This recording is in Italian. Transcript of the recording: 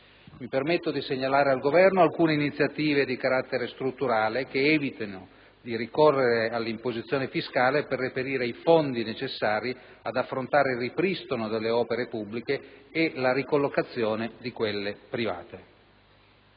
Mi permetto di segnalare al Governo alcune iniziative di carattere strutturale che evitino di ricorrere all'imposizione fiscale per reperire i fondi necessari ad affrontare il ripristino delle opere pubbliche e la ricollocazione di quelle private: